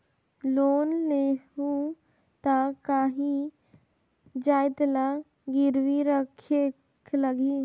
Loan लेहूं ता काहीं जाएत ला गिरवी रखेक लगही?